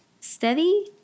Steady